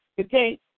Okay